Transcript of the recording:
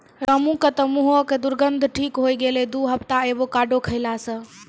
रामू के तॅ मुहों के दुर्गंध ठीक होय गेलै दू हफ्ता एवोकाडो खैला स